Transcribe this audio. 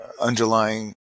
underlying